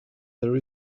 there